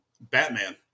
Batman